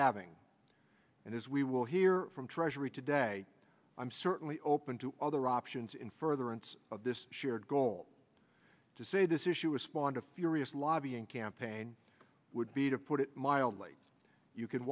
having and as we will hear from treasury today i'm certainly open to other options in further and of this shared goal to say this issue is spawned a furious lobbying campaign would be to put it mildly you c